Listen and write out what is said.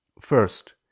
First